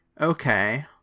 Okay